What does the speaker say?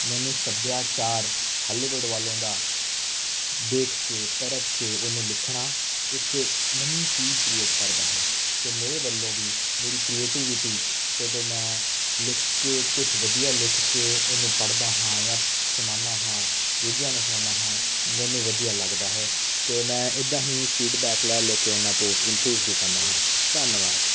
ਮੈਨੂੰ ਸੱਭਿਆਚਾਰ ਹੋਲੀਵੁੱਡ ਵੱਲੋਂ ਦਾ ਦੇਖ ਕੇ ਪਰਖ ਕੇ ਉਹਨੂੰ ਲਿਖਣਾ ਇੱਕ ਨਵੀਂ ਚੀਜ਼ ਕ੍ਰੀਏਟ ਕਰਦਾ ਹੈ ਅਤੇ ਮੇਰੇ ਵੱਲੋਂ ਵੀ ਮੇਰੀ ਕ੍ਰੀਏਟਿਵਿਟੀ ਜਦੋਂ ਮੈਂ ਲਿਖ ਕੇ ਕੁਛ ਵਧੀਆ ਲਿਖ ਕੇ ਉਹਨੂੰ ਪੜ੍ਹਦਾ ਹਾਂ ਜਾਂ ਸੁਣਾਉਂਦਾ ਹਾਂ ਦੂਜਿਆਂ ਨੂੰ ਸੁਣਾਉਂਦਾ ਹਾਂ ਮੈਨੂੰ ਵਧੀਆ ਲੱਗਦਾ ਹੈ ਅਤੇ ਮੈਂ ਇੱਦਾਂ ਹੀ ਫੀਡਬੈਕ ਲੈ ਲੈ ਕੇ ਉਹਨਾਂ ਤੋਂ ਇਮਪਰੂਵ ਦਿਖਾਉਂਦਾ ਹਾਂ ਧੰਨਵਾਦ